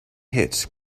hits